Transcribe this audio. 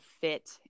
fit